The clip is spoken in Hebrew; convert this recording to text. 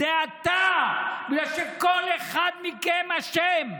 זה אתה, בגלל שכל אחד מכם אשם.